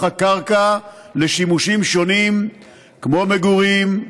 הקרקע לשימושים שונים כמו מגורים,